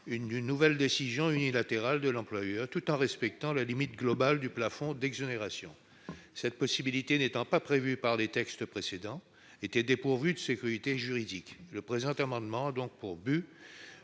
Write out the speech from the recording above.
d'une nouvelle décision unilatérale de l'employeur, tout en respectant la limite globale du plafond d'exonération. Cette possibilité n'étant pas prévue par les textes précédents, un tel choix était dépourvu de sécurité juridique. Le présent amendement a pour objet